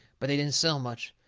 but they didn't sell much.